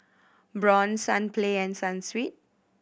Braun Sunplay and Sunsweet